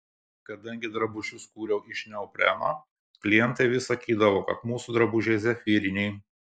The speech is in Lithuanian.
kadangi drabužius kūriau iš neopreno klientai vis sakydavo kad mūsų drabužiai zefyriniai